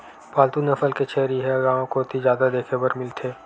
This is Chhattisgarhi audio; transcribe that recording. पालतू नसल के छेरी ह गांव कोती जादा देखे बर मिलथे